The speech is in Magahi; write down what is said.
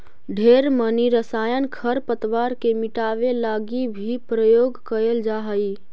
ढेर मनी रसायन खरपतवार के मिटाबे लागी भी प्रयोग कएल जा हई